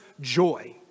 joy